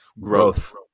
Growth